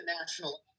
national